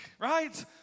right